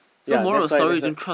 ya that's why that's why